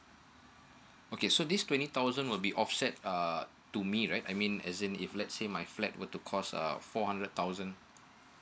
okay so this twenty thousand would be offset uh to me right I mean as in if let's say my flat were to cause err four hundred thousand